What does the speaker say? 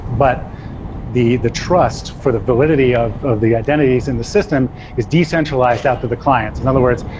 but the the trust for the validity of of the identities in the system is decentralized after the clients. in other words,